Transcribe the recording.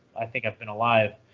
i think, i've been alive.